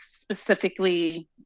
specifically